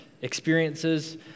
experiences